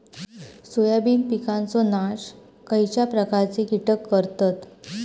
Soybean पिकांचो नाश खयच्या प्रकारचे कीटक करतत?